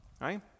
right